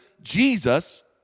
Jesus